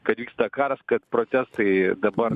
kad vyksta karas kad procesai dabar